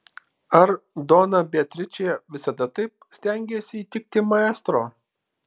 ar dona beatričė visada taip stengėsi įtikti maestro